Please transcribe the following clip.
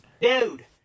Dude